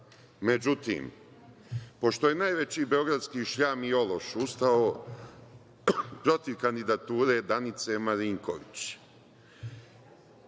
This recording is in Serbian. pošto je najveći beogradski šljam i ološ ustao protiv kandidature Danice Marinković,